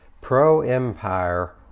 pro-empire